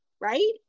right